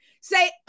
Say